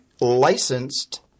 licensed